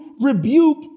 rebuke